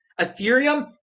ethereum